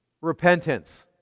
repentance